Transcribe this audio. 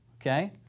okay